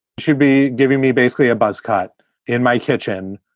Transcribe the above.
she'd be giving me basically a buzzcut in my kitchen.